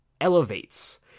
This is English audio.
elevates